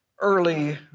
early